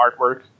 artwork